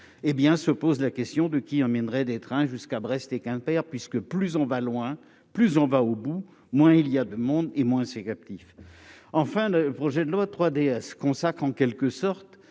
se posent la question de qu'il emmènerait des trains jusqu'à Brest et Quimper, puisque plus on va loin, plus on va au bout, moins il y a de monde et moins ces captifs, enfin, le projet de loi 3 3D à se consacre en quelque sorte